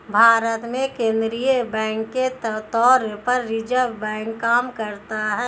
भारत में केंद्रीय बैंक के तौर पर रिज़र्व बैंक काम करता है